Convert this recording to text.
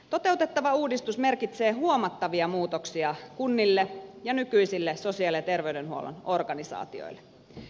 toteutettava uudistus merkitsee huomattavia muutoksia kunnille ja nykyisille sosiaali ja terveydenhuollon organisaatioille